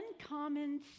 uncommon